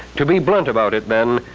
to be blunt about it, men,